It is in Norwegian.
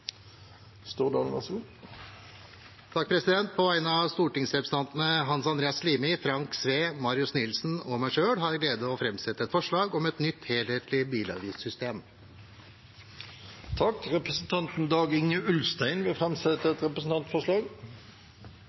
På vegne av stortingsrepresentantene Hans Andreas Limi, Frank Edvard Sve, Marius Arion Nilsen og meg selv har jeg gleden av å framsette et forslag om et nytt helhetlig bilavgiftssystem. Representanten Dag-Inge Ulstein vil framsette et representantforslag.